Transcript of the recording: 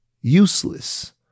useless